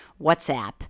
WhatsApp